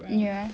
ya